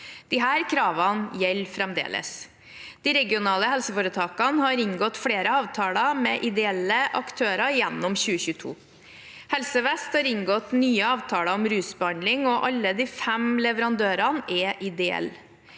Disse kravene gjelder fremdeles. De regionale helseforetakene har inngått flere avtaler med ideelle aktører gjennom 2022. Helse Vest har inngått nye avtaler om rusbehandling, og alle de fem leverandørene er ideelle.